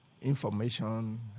information